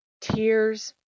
tears